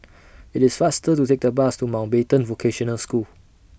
IT IS faster to Take The Bus to Mountbatten Vocational School